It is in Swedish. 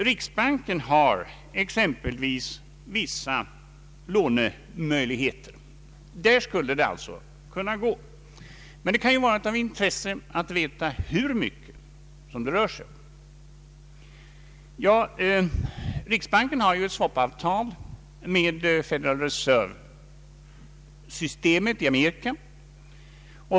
Riksbanken har exempelvis en del lånemöjligheter. Där skulle det alltså kunna gå. Men det kan vara av intresse att veta hur mycket det rör sig om. Riksbanken har ett swap-avtal med Federal Reservesystemet i Amerika.